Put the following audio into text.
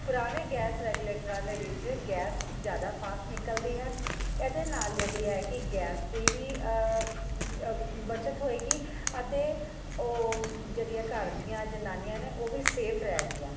ਪੁਰਾਣੇ ਗੈਸ ਰੈਗੂਲੇਟਰਾਂ ਦੇ ਵਿੱਚ ਗੈਸ ਜ਼ਿਆਦਾ ਫਾਸਟ ਨਿਕਲਦੀ ਹੈ ਇਹਦੇ ਨਾਲ ਜਿਹੜੀ ਹੈ ਕਿ ਗੈਸ ਦੀ ਵੀ ਬਚਤ ਹੋਵੇਗੀ ਅਤੇ ਉਹ ਜਿਹੜੀਆਂ ਘਰ ਦੀਆਂ ਜਨਾਨੀਆਂ ਨੇ ਉਹ ਵੀ ਸੇਫ ਰਹਿਣਗੀਆਂ